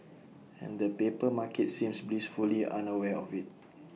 and the paper market seems blissfully unaware of IT